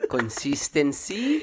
Consistency